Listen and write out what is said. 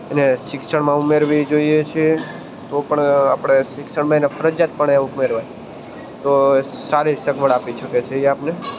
એને શિક્ષણમાં ઉમેરવી જોઈએ છે તો પણ આપણે શિક્ષણમાં એને ફરજિયાતપણે ઉમેરવા તો સારી સગવડ આપી ચૂકે છે એ આપને